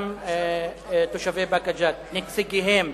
גם תושבי באקה ג'ת, נציגיהם,